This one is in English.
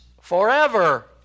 forever